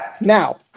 Now